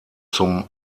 zum